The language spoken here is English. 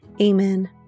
Amen